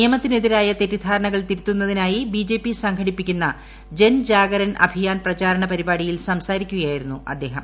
നിയമത്തിനെതിരായ തെറ്റിദ്ധാരണകൾ തിരുത്തുന്നതിനായി B J P സംഘടിപ്പിക്കുന്ന ജൻ ജാഗരൻ അഭിയാൻ പ്രചാരണ പരിപാടിയിൽ സംസാരിക്കുകയായിരുന്നു അദ്ദേഹം